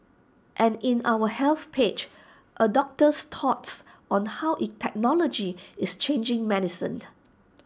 and in our health page A doctor's thoughts on how technology is changing